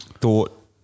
thought